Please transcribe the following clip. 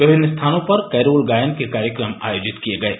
विभिन्न स्थानों पर कैरोल गायन के कार्यक्रम आयोजित किये गये